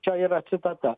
čia yra citata